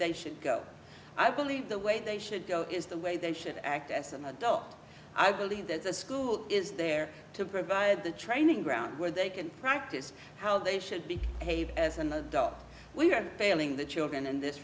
they should go i believe the way they should go is the way they should act as an adult i believe that the school is there to provide the training ground where they can practice how they should be paid as an adult we are failing the children in this